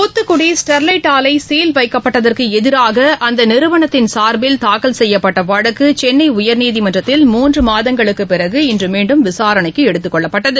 Thoothukudi Sterlite ஆலை seal வைக்கப்பட்டதற்கு எதிராக அந்த நிறுவனத்தின் சாா்பில் தாக்கல் செய்யப்பட்ட வழக்கு சென்ளை உயர்நீதிமன்றத்தில் மூன்று மாதங்களுக்குப் பிறகு இன்று மீண்டும் விசாரணைக்கு எடுத்துக் கொள்ளப்பட்டது